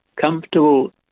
comfortable